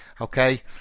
Okay